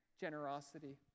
generosity